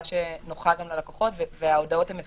שנוחה גם ללקוחות וההודעות הן אפקטיביות.